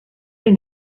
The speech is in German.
den